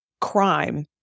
crime